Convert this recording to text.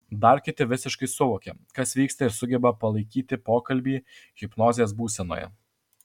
dar kiti visiškai suvokia kas vyksta ir sugeba palaikyti pokalbį hipnozės būsenoje